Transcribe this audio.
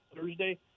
Thursday